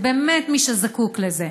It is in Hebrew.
ובאמת מי שזקוק לזה.